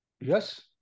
Yes